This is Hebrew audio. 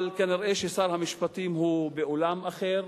אבל כנראה ששר המשפטים הוא בעולם אחר,